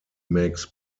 makes